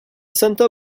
santa